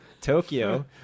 Tokyo